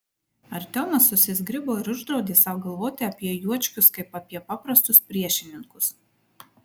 artiomas susizgribo ir uždraudė sau galvoti apie juočkius kaip apie paprastus priešininkus